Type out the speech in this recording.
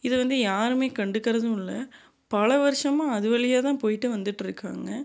இத வந்து யாரும் கண்டுக்கறதும் இல்லை பல வருடமா அது வழியாக தான் போயிட்டு வந்துட்டு இருக்காங்க